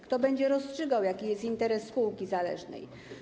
Kto będzie rozstrzygał, jaki jest interes spółki zależnej?